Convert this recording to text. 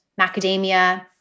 macadamia